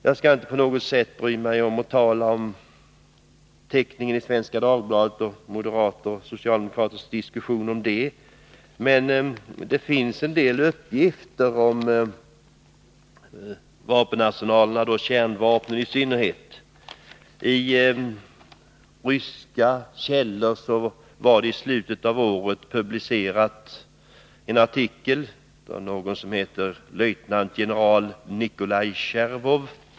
Jag skall inte på något sätt bry mig om att tala om teckningen i Svenska Dagbladet och moderaters och socialdemokraters diskussion om den. Men jag vill nämna att det finns en del uppgifter om vapenarsenalerna i världen, kärnvapnen i synnerhet. I ryska källor fanns i slutet av förra året en artikel publicerad av en generallöjtnant Nikolai Chervov.